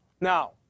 now